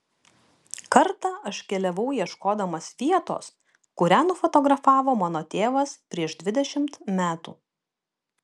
kartą aš keliavau ieškodamas vietos kurią nufotografavo mano tėvas prieš dvidešimt metų